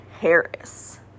Harris